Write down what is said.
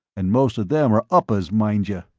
and most of them are uppers, mind you.